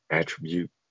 attribute